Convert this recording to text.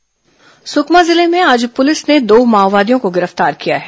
माओवादी गिरफ्तार सुकमा जिले में आज पुलिस ने दो माओवादियों को गिरफ्तार किया है